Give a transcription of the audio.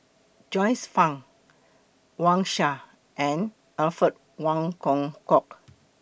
Joyce fan Wang Sha and Alfred Wong Hong Kwok